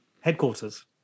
headquarters